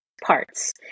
parts